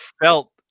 felt